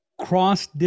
Cross